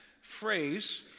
phrase